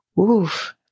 Oof